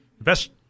best